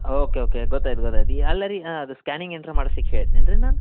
okay okay ಗೊತ್ತಾಯ್ತು ಗೊತ್ತಾಯ್ತು ಅಲ್ಲರಿ ಹಾಂ ಅದು ಸ್ಕ್ಯಾನಿಂಗ್ ಏನರ ಮಾಡ್ಸ್ಲಿಕ್ಕೆ ಹೇಳಿದ್ನೇನು ರೀ ನಾನು